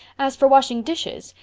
as for washing dishes,